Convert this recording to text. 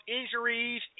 injuries